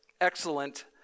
excellent